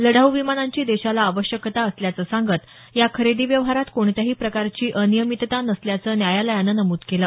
लढाऊ विमानांची देशाला आवश्यकता असल्याचं सांगत या खरेदी व्यवहारात कोणत्याही प्रकारची अनियमितता नसल्याचं न्यायालयानं नमूद केलं